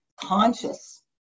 conscious